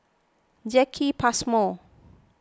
Jacki Passmore